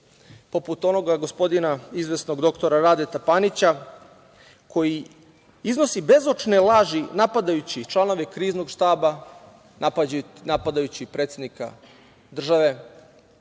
poput onoga gospodina izvesnog dr Radeta Panića, koji iznosi bezočne laži napadajući članove Kriznog štaba, napadajući predsednika države,